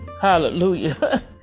Hallelujah